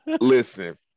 listen